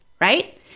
right